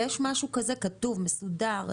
האם יש משהו כזה כתוב ומסודר?